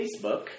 Facebook